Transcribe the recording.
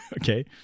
okay